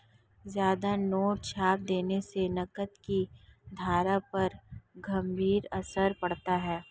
ज्यादा नोट छाप देने से नकद की धारा पर गंभीर असर पड़ता है